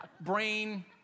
brain